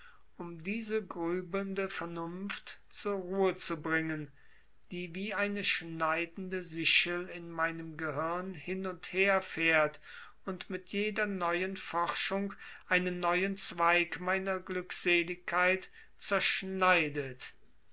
um diese grübelnde vernunft zur ruhe zu bringen die wie eine schneidende sichel in meinem gehirn hin und herfährt und mit jeder neuen forschung einen neuen zweig meiner glückseligkeit zerschneidet